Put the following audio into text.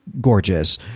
gorgeous